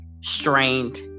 strained